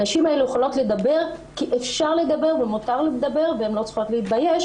הנשים האלה יכולות לדבר כי אפשר לדבר ומותר לדבר והן לא צריכות להתבייש.